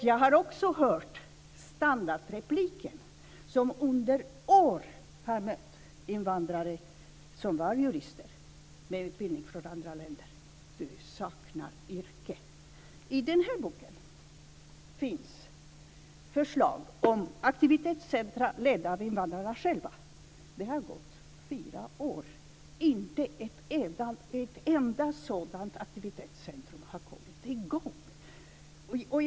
Jag har också hört standardrepliken som under år har mött invandrare som är jurister med utbildning från andra länder: Du saknar yrke. I den bok jag håller i här, Sverige, framtiden och mångfalden, SOU 1996:55, finns förslag om aktivitetscentrum ledda av invandrare själva. Det har gått fyra år. Inte ett enda sådant aktivitetscentrum har kommit i gång.